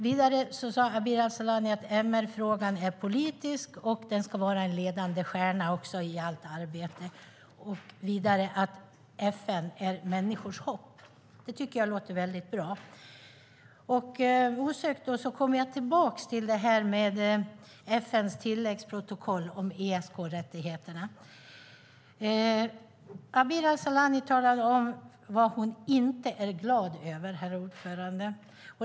Vidare sade Abir Al-Sahlani att MR-frågan är politisk - och den ska vara en ledande stjärna i allt arbete - och att FN är människors hopp. Det tycker jag låter väldigt bra. Osökt kommer jag tillbaka till det här med FN:s tilläggsprotokoll om ESK-rättigheterna. Abir Al-Sahlani talade om vad hon inte är glad över, herr ordförande.